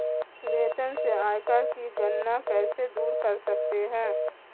वेतन से आयकर की गणना कैसे दूर कर सकते है?